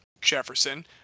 Jefferson –